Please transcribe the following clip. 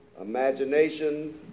imagination